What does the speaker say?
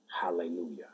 Hallelujah